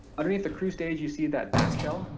underneath the crew stage you see that back shell,